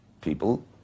people